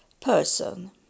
person